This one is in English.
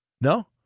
No